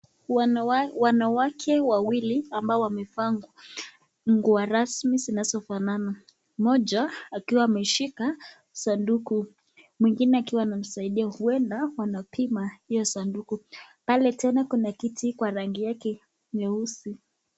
Wanawake wawili ambao wamevaa nguo rasmi zinazofanana mmoja akiwa ameshika sanduku mwingine akiwa anamsaidia huenda wanapima hiyo sanduku, pale tena kuna kiti kwa rangi yake nyeusi.